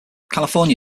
california